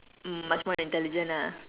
hmm much more intelligent ah